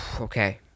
Okay